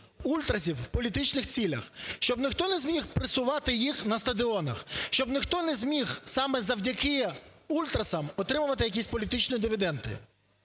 ультрасів в політичних цілях, щоб ніхто не зміг пресувати їх на стадіонах, щоб ніхто не зміг, саме завдяки ультрасам, отримувати якісь політичні дивіденди.